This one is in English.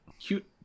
cute